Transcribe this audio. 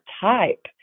type